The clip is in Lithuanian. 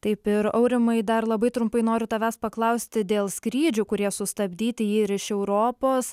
taip ir aurimai dar labai trumpai noriu tavęs paklausti dėl skrydžių kurie sustabdyti į ir iš europos